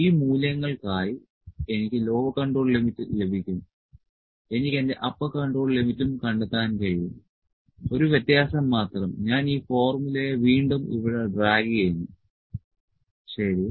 ഈ മൂല്യങ്ങൾക്കായി എനിക്ക് ലോവർ കൺട്രോൾ ലിമിറ്റ് ലഭിക്കും എനിക്ക് എന്റെ അപ്പർ കൺട്രോൾ ലിമിറ്റും കണ്ടെത്താൻ കഴിയും ഒരു വ്യത്യാസം മാത്രം ഞാൻ ഈ ഫോർമുലയെ വീണ്ടും ഇവിടെ ഡ്രാഗ് ചെയ്യുന്നു ശരി